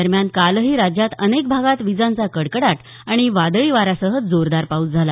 दरम्यान कालही राज्यात अनेक भागात विजांचा कडकडाट आणि वादळी वाऱ्यासह जोरदार पाऊस झाला